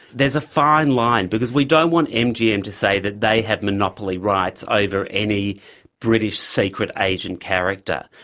there's a fine line, because we don't want mgm to say that they have monopoly rights over any british secret agent character.